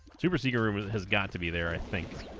super seeker room has got to be there i think